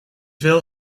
wel